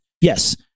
Yes